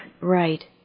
Right